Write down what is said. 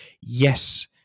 yes